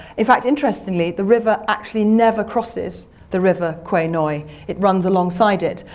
in fact, interestingly, the river actually never crosses the river kwai noi, it runs alongside it,